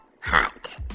Hot